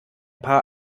paar